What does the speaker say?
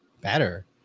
better